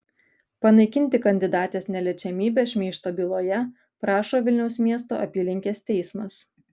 panaikinti kandidatės neliečiamybę šmeižto byloje prašo vilniaus miesto apylinkės teismas